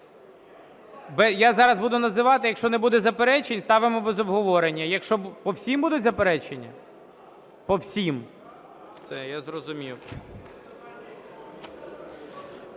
Я зараз буду називати, якщо не буде заперечень, ставимо без обговорення. По всіх будуть заперечення? По всіх? Все, я зрозумів.